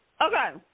Okay